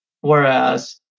whereas